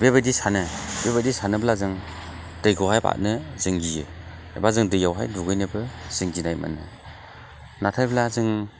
बेबायदि सानो बेबायदि सानोब्ला जों दैखौहाय बारनो जों गियो एबा जों दैआवहाय दुगैनोबो जों गिनाय मोनो नाथायब्ला जों